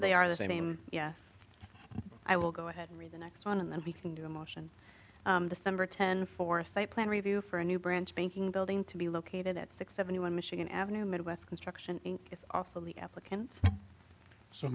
they are the same yes i will go ahead and read the next one and then we can do a motion december ten for a site plan review for a new branch banking building to be located at six seventy one michigan avenue midwest construction is also the applicants s